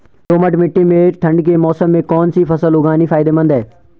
दोमट्ट मिट्टी में ठंड के मौसम में कौन सी फसल उगानी फायदेमंद है?